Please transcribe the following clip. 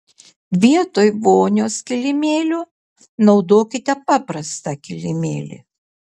vietoj vonios kilimėlio naudokite paprastą kilimėlį